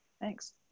thanks